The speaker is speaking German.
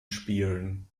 spielen